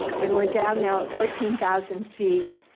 and we're down now at fourteen thousand feet.